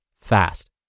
fast